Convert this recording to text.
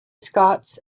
scotts